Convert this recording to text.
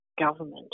government